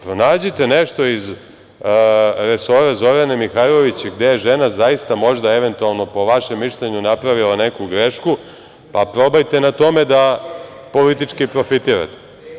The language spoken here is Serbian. Pronađite nešto iz resora Zorane Mihajlović gde je žena zaista možda, eventualno, napravila neku grešku, pa probajte da na tome politički profitirate.